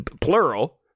plural